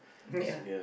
ya